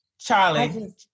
Charlie